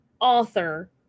author